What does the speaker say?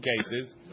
cases